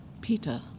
Peter